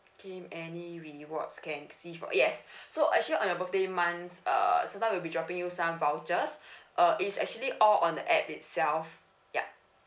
claim any rewards yes so actually on your birthday month uh sometimes we'll be dropping you some vouchers uh it's actually all on the app itself yup